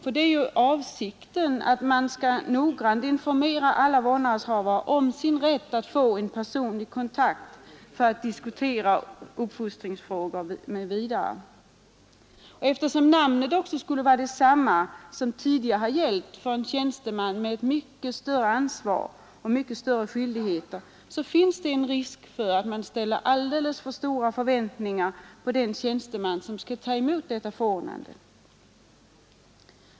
För det är ju avsikten att man noggrant skall informera alla vårdnadshavare om rätten att få en personlig kontakt för att diskutera uppfostringsfrågor m.m. och eftersom namnet skulle vara detsamma som tidigare har gällt för en tjänsteman med mycket större ansvar och skyldigheter, finns det en risk att man ställer alldeles för stora förväntningar på den tjänsteman som skall ta emot förordnandet.